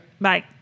Bye